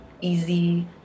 easy